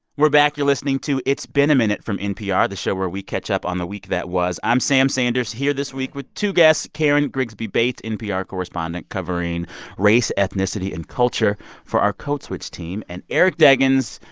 we're back. you're listening to it's been a minute from npr, the show where we catch up on the week that was. i'm sam sanders, here this week with two guests karen grigsby bates, npr correspondent covering race, ethnicity and culture for our code switch team, and eric deggans,